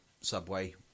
Subway